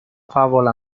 favola